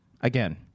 Again